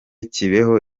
kibeho